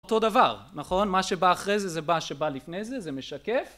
אותו דבר נכון מה שבא אחרי זה זה בא שבא לפני זה זה משקף